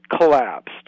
collapsed